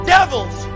Devils